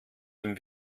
dem